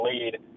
lead